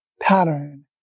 pattern